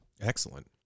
Excellent